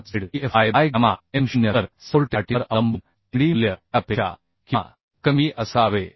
5 zefy by gamma M 0 तर supported अटींवर अवलंबून Md मूल्य इतके किंवा यापेक्षा कमी असावे